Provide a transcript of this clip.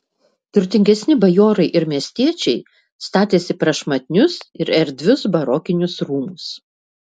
turtingesni bajorai ir miestiečiai statėsi prašmatnius ir erdvius barokinius rūmus